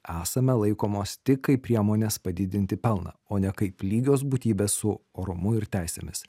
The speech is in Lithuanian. esame laikomos tik kaip priemonės padidinti pelną o ne kaip lygios būtybės su orumu ir teisėmis